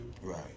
Right